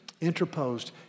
interposed